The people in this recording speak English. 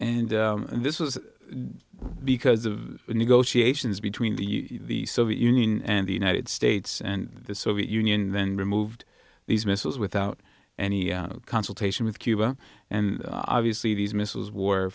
and this was because of the negotiations between the soviet union and the united states and the soviet union then removed these missiles without any consultation with cuba and obviously these missiles w